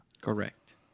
Correct